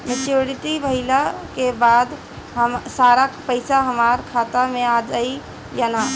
Maturity भईला के बाद सारा पईसा हमार खाता मे आ जाई न?